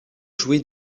jouit